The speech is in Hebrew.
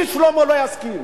אני, שלמה, לא אסכים.